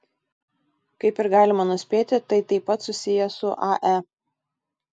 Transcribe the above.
kaip ir galima nuspėti tai taip pat susiję su ae